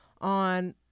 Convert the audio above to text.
on